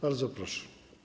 Bardzo proszę.